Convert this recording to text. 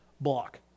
Block